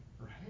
right